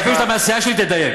אפילו שאתה מהסיעה שלי, תדייק.